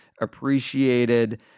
appreciated